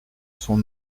son